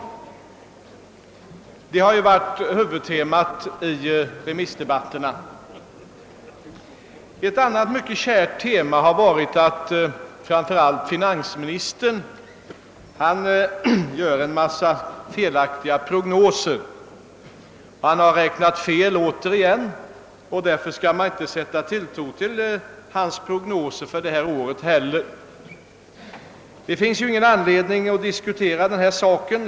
Detta har varit huvudtemat i remissdebatterna. Ett annat mycket kärt tema har varit att framför allt finansministern gör en mängd felaktiga prognoser. Han har nu återigen räknat fel, säger man, och därför kan man inte heller för detta år sätta tilltro till hans prognoser. Det finns ingen anledning att diskutera denna sak.